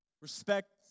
respect